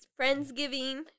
Friendsgiving